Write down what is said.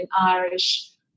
Irish